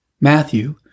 Matthew